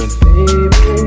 baby